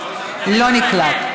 לא נקלט.